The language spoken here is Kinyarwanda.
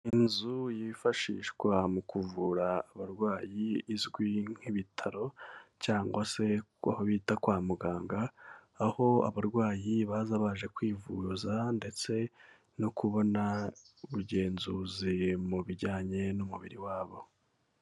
Inzu yifashishwa mu kuvura abarwayi izwi nk'ibitaro, cyangwa se aho bita kwa muganga, aho abarwayi baza baje kwivuza ndetse no kubona ubugenzuzi mu bijyanye n'umubiri wabo.